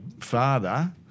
father